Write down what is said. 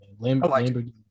Lamborghini